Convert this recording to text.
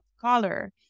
color